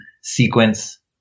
sequence